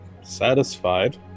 satisfied